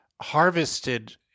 harvested